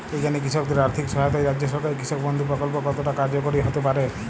এখানে কৃষকদের আর্থিক সহায়তায় রাজ্য সরকারের কৃষক বন্ধু প্রক্ল্প কতটা কার্যকরী হতে পারে?